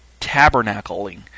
tabernacling